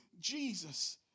Jesus